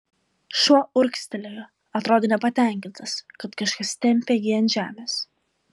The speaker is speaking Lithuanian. šuo urgztelėjo atrodė nepatenkintas kad kažkas tempia jį ant žemės